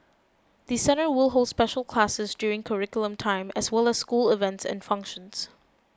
the centre will hold special classes during curriculum time as well as school events and functions